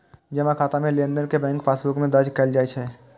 जमा खाता मे लेनदेन कें बैंक पासबुक मे दर्ज कैल जाइ छै